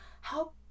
help